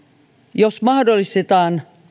jos mahdollistetaan